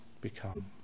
become